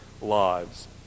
lives